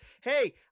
Hey